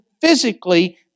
physically